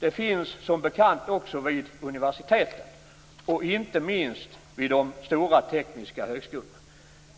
finns som bekant också vid universiteten och inte minst vid de stora tekniska högskolorna.